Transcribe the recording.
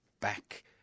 back